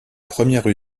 première